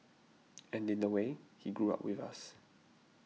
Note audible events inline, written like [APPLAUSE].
[NOISE] and in a way he grew up with us